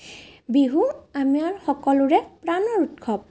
বিহু আমাৰ সকলোৰে প্ৰাণৰ উৎসৱ